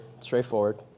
straightforward